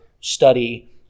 study